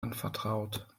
anvertraut